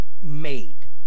made